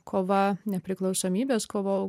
kova nepriklausomybės kova